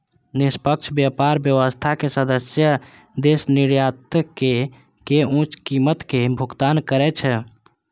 निष्पक्ष व्यापार व्यवस्थाक सदस्य देश निर्यातक कें उच्च कीमतक भुगतान करै छै